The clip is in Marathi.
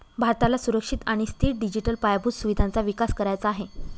भारताला सुरक्षित आणि स्थिर डिजिटल पायाभूत सुविधांचा विकास करायचा आहे